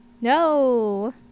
No